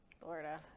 florida